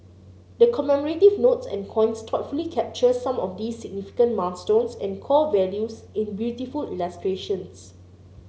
the commemorative notes and coins thoughtfully capture some of these significant milestones and core values in beautiful illustrations